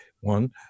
one